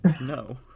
No